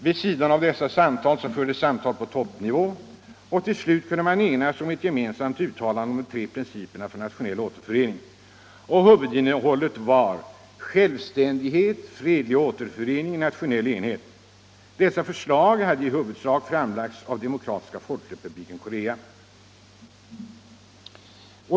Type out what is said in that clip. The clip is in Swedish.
Vid sidan av dessa överläggningar fördes samtal på toppnivå. Till slut kunde man enas om ett gemensamt uttalande om de tre principerna för nationell återförening. Huvudinnehållet var självständighet, fredlig återförening och nationell enighet. Dessa förslag hade i huvudsak framlagts av Demokratiska folkrepubliken Korea.